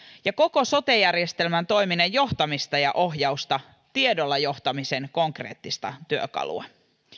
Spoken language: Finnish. ja koko sote järjestelmän toiminnan johtamista ja ohjausta tiedolla johtamisen konkreettista työkalua